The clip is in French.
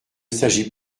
s’agit